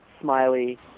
Smiley